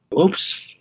oops